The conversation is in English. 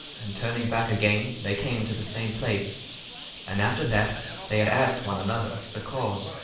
and turning back again they came to the same place and after that they had asked one another the cause,